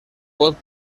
pot